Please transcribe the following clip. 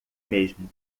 mesmo